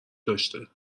داشته